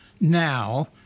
now